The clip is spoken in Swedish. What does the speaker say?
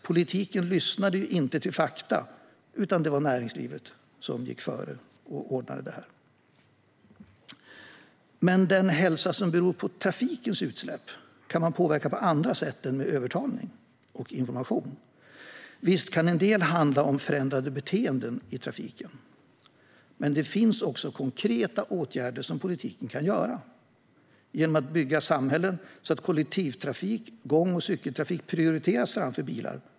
Politiken lyssnade inte till fakta, utan det var näringslivet som gick före och ordnade detta. Men den ohälsa som beror på trafikens utsläpp kan man påverka på andra sätt än genom övertalning och information. Visst kan en del handla om förändrade beteenden i trafiken. Men det finns också konkreta åtgärder som politiken kan vidta genom att bygga samhällen där kollektivtrafik och gång och cykeltrafik prioriteras framför bilar.